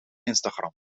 instagram